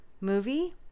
movie